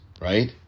right